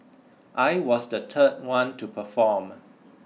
I was the third one to perform